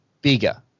bigger